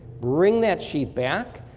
bring that sheet back,